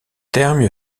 terme